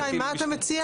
שי, מה אתה מציע?